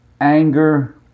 anger